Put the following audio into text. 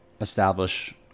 establish